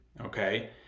okay